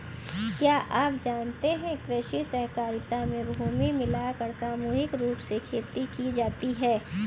क्या आप जानते है कृषि सहकारिता में भूमि मिलाकर सामूहिक रूप से खेती की जाती है?